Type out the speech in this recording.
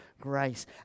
grace